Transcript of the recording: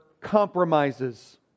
compromises